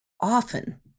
often